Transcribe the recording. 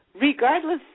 regardless